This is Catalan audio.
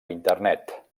internet